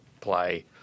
play